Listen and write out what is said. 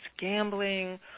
gambling